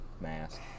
mask